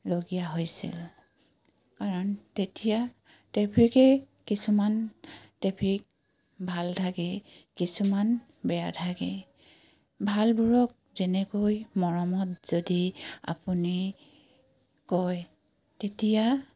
লগীয়া হৈছিল কাৰণ তেতিয়া ট্ৰেফিকেই কিছুমান ট্ৰেফিক ভাল থাকে কিছুমান বেয়া থাকে ভালবোৰক যেনেকৈ মৰমত যদি আপুনি কয় তেতিয়া